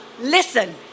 listen